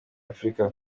afurika